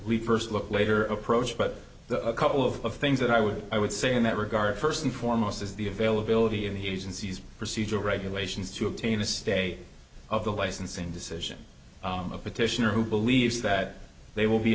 we first look later approach but a couple of things that i would i would say in that regard first and foremost is the availability of the agency's procedural regulations to obtain a stay of the licensing decision of petitioner who believes that they will be